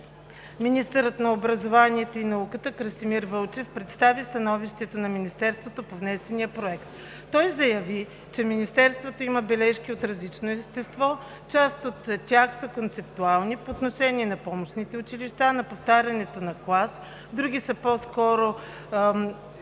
Министърът на образованието и науката Красимир Вълчев представи становището на Министерството по внесения Законопроект. Той заяви, че Министерството има бележки от различно естество, част от тях са концептуални – по отношение на помощните училища, на повтарянето на клас, други са по-скоро